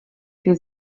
für